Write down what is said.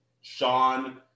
Sean